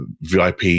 VIP